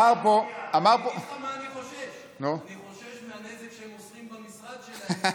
אגיד לך מה אני חושש: אני חושש מהנזק שהם עושים במשרד שלהם,